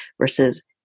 versus